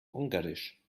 ungarisch